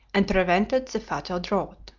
and prevented the fatal draught.